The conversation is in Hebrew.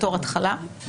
בתור התחלה.